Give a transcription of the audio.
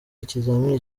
ikizamini